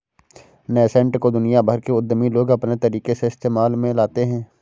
nascent को दुनिया भर के उद्यमी लोग अपने तरीके से इस्तेमाल में लाते हैं